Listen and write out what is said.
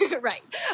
right